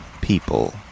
people